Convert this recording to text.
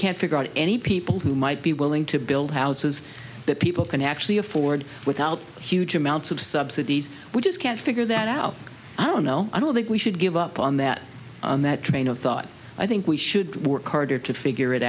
can't figure out any people who might be willing to build houses that people can actually afford without huge amounts of subsidies we just can't figure that out i don't know i don't think we should give up on that on that train of thought i think we should work harder to figure it